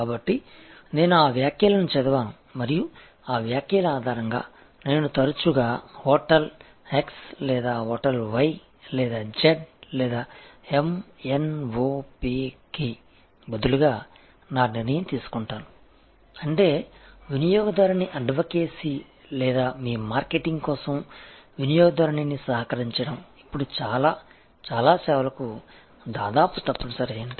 కాబట్టి నేను ఆ వ్యాఖ్యలను చదివాను మరియు ఆ వ్యాఖ్యల ఆధారంగా నేను తరచుగా హోటల్ x లేదా హోటల్ y లేదా z లేదా m n o p కి బదులుగా నా నిర్ణయం తీసుకుంటాను అంటే వినియోగదారుని అడ్వకేసీ లేదా మీ మార్కెటింగ్ కోసం వినియోగదారునిని సహకరించడం ఇప్పుడు చాలా చాలా సేవలకు దాదాపు తప్పనిసరి అయ్యింది